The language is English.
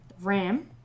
ram